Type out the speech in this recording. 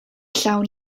llawn